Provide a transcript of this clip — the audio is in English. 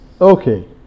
Okay